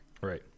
Right